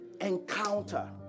encounter